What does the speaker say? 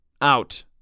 out